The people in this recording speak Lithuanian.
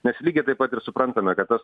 nes lygiai taip pat ir suprantame kad tas